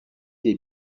des